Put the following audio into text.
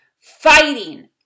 fighting